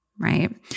right